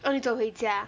orh 你走回家